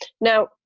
Now